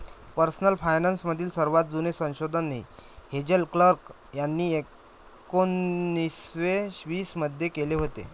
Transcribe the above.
personal finance मधील सर्वात जुने संशोधन हेझेल कर्क यांनी एकोन्निस्से वीस मध्ये केले होते